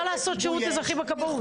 אפשר לעשות שירות אזרחי בכבאות.